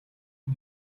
хүн